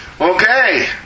Okay